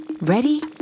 Ready